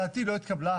דעתי לא התקבלה,